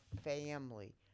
family